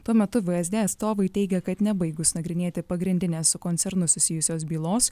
tuo metu vsd atstovai teigia kad nebaigus nagrinėti pagrindinės su koncernu susijusios bylos